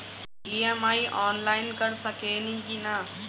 EMI online कर सकेनी की ना?